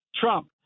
Trump